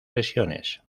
lesiones